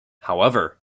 however